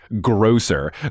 grosser